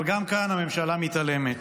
אבל גם כאן הממשלה מתעלמת.